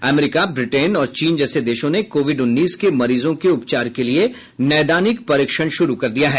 America Britain और चीन जैसे देशों ने कोविड उन्नीस के मरीजों के उपचार के लिए नैदानिक परीक्षण शुरू कर दिया है